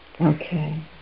Okay